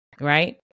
Right